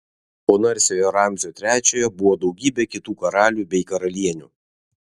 po narsiojo ramzio trečiojo buvo daugybė kitų karalių bei karalienių